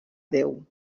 déu